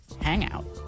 hangout